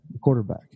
quarterback